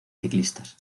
ciclistas